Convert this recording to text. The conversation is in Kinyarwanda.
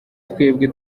twebwe